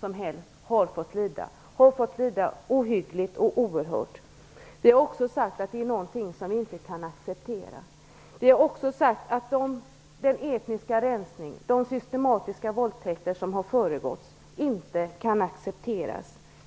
som helst har fått lida. Den har fått lida ohyggligt och oerhört. Det är också sagt att detta är något som vi inte kan acceptera. Det är också sagt att den etniska rensning och de systematiska våldtäkter som har ägt rum inte kan accepteras.